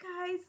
guys